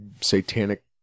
satanic